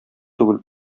түгел